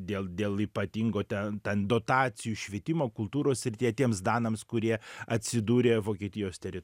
dėl dėl ypatingo ten ten dotacijų švietimo kultūros srityje tiems danams kurie atsidūrė vokietijos teri